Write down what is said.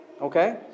Okay